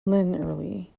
linearly